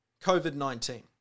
COVID-19